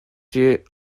die